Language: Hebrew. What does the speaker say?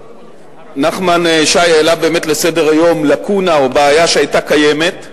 נחמן שי העלה באמת לסדר-היום לקונה או בעיה שהיתה קיימת.